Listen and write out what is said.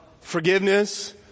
forgiveness